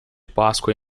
páscoa